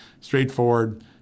straightforward